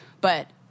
But-